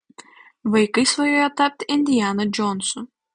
vaikai svajoja tapti indiana džonsu